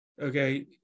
okay